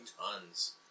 Tons